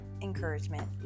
encouragement